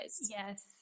Yes